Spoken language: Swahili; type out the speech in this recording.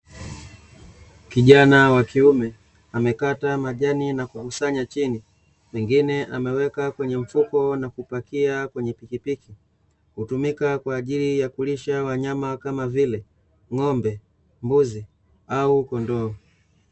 Kijana wa kiume amekata majani na kukusanya chini mengine ameweka kwenye mfuko na kupakia kwenye pikipiki, hutumika kwa ajili ya kulisha wanyama kama vile ng'ombe, mbuzi au kondoo.